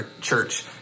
church